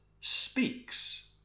speaks